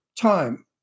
time